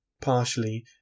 partially